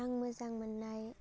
आं मोजां मोन्नाय